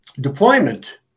deployment